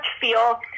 feel